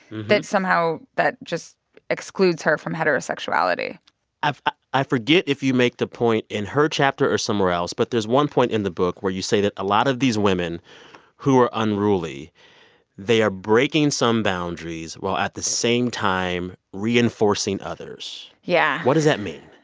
that somehow that just excludes her from heterosexuality i forget if you make the point in her chapter or somewhere else, but there's one point in the book where you say that a lot of these women who are unruly they are breaking some boundaries while at the same time reinforcing others yeah what does that mean?